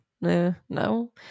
no